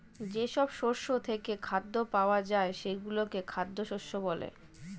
যেসব শস্য থেকে খাদ্য পাওয়া যায় সেগুলোকে খাদ্য শস্য বলে